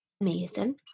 Amazing